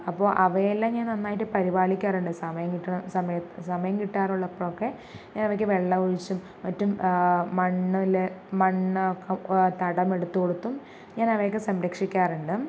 അപ്പോൾ അവയെല്ലാം ഞാൻ നന്നായിട്ട് പരിപാലിക്കാറുണ്ട് സമയം കിട്ടണ സമയം കിട്ടാറുള്ളപ്പോഴൊക്കെ ഞാൻ അവയ്ക്ക് വെള്ളമൊഴിച്ചും മറ്റും മണ്ണ് മണ്ണ് ഒക്കെ തടമെടുത്തു കൊടുത്തും ഞാൻ അവയൊക്കെ സംരക്ഷിക്കാറുണ്ട്